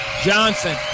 Johnson